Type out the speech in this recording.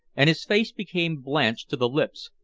and his face became blanched to the lips,